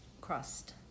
crust